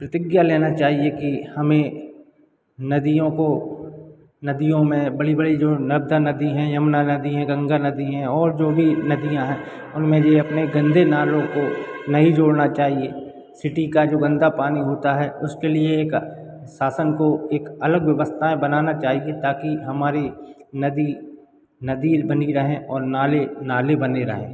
प्रतिज्ञा लेना चाहिए कि हमें नदियों को नदियों में बड़ी बड़ी जो नर्मदा नदी हैं यमुना नदी हैं गंगा नदी हैं और जो भी नदियाँ हैं उनमें यह अपने गंदे नालों को नहीं जोड़ना चाहिए सिटी का जो गंदा पानी होता है उसके लिए एक शासन को एक अलग व्यवस्थाएँ बनाना चाहिए ताकि हमारी नदी नदी बनी रहें और नाले नाले बने रहें